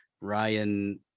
Ryan